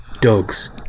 dogs